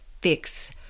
fix